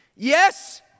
Yes